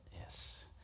Yes